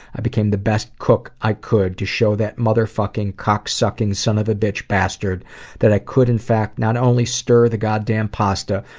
i became the best cook i could to show that motherfucking, cock-sucking, son-of-a-bitch bastard that i could in fact not only stir the goddamn pasta,